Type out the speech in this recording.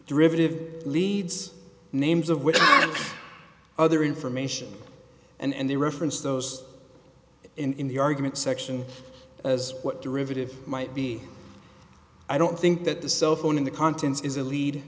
derivative leads names of which other information and they referenced those in the argument section as what derivative might be i don't think that the cell phone in the contents is a lead